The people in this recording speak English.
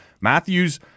Matthews